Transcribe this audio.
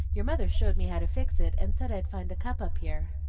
your mother showed me how to fix it, and said i'd find a cup up here.